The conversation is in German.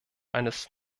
eines